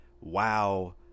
wow